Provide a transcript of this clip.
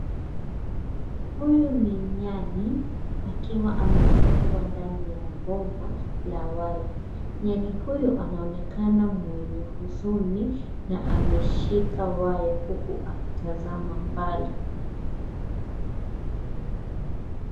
Huyu ni nyani akiwa amefungwa ndani ya boma la waya. Nyani huyu anaonekana mwenye huzuni na ameshika waya huku akitazama mbali.